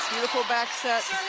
beautiful back set